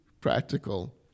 practical